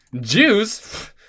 Jews